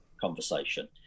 conversation